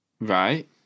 Right